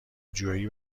جویی